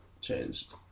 changed